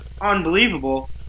unbelievable